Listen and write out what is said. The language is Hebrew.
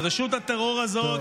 רשות הטרור הזאת,